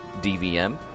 DVM